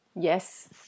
Yes